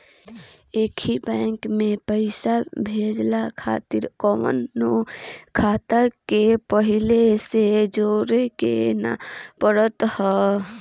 एकही बैंक में पईसा भेजला खातिर कवनो खाता के पहिले से जोड़े के नाइ पड़त हअ